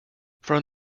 from